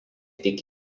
tik